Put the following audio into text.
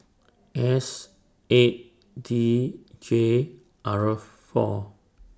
S eight D J R four